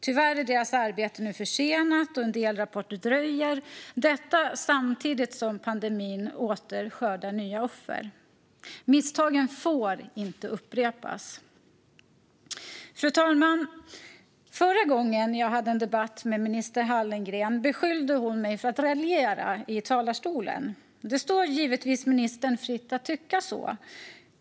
Tyvärr är deras arbete nu försenat, och en del rapporter dröjer, samtidigt som pandemin åter skördar nya offer. Misstagen får inte upprepas. Fru talman! Förra gången jag hade en debatt med minister Hallengren beskyllde hon mig för att raljera i talarstolen. Det står givetvis ministern fritt att tycka så.